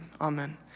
amen